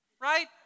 right